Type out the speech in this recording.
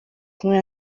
kumwe